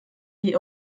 die